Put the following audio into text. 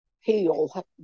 heal